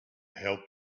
help